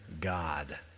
God